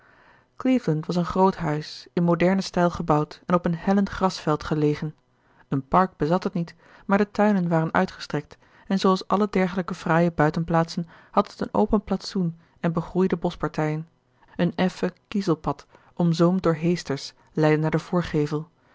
cleveland was een groot huis in modernen stijl gebouwd en op een hellend grasveld gelegen een park bezat het niet maar de tuinen waren uitgestrekt en zooals alle dergelijke fraaie buitenplaatsen had het een open plantsoen en begroeide boschpartijen een effen kiezelpad omzoomd door heesters leidde naar den voorgevel